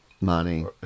Money